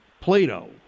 Plato